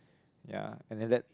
ya and then that